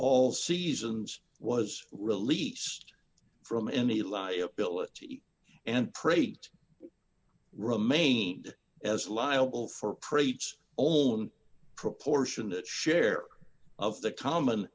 all seasons was released from any liability and prate remained as liable for traits all on proportionate share of the common